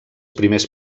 primers